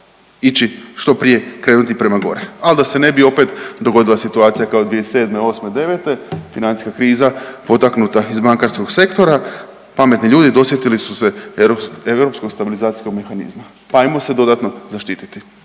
ići što prije, krenuti prema gore. Ali da se ne bi opet dogodila situacija kao 2007., osme, devete, financijska kriza potaknuta iz bankarskog sektora. Pametni ljudi dosjetili su se europskog stabilizacijskog mehanizma, pa hajmo se dodatno zaštititi